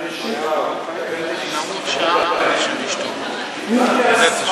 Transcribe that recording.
אני מדבר על אלה שסוחרים בהם.